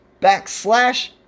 backslash